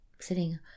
sitting